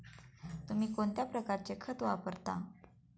तुम्ही कोणत्या प्रकारचे खत वापरता?